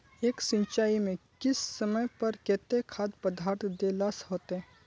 एक सिंचाई में किस समय पर केते खाद पदार्थ दे ला होते?